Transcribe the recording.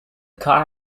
car